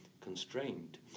constrained